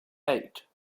eight